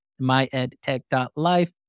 myedtech.life